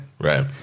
right